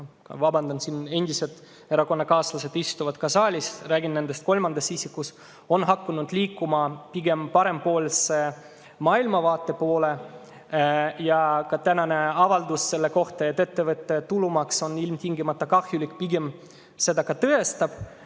vabandan oma endiste erakonnakaaslaste ees, kes istuvad ka saalis, et räägin nendest kolmandas isikus – on hakanud liikuma pigem parempoolse maailmavaate poole. Ka tänane avaldus selle kohta, et ettevõtte tulumaks on ilmtingimata kahjulik, seda pigem